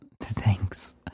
thanks